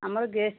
ଆମର ଗେଷ୍ଟ